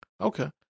Okay